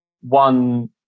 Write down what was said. one